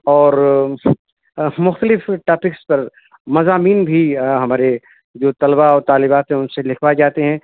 اور مختلف ٹاپکس پر مضامین بھی ہمارے جو طلبہ و طالبات ہیں ان سے لکھوائے جاتے ہیں